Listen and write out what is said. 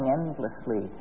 endlessly